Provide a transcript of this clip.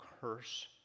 curse